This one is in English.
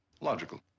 Logical